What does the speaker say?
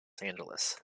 angeles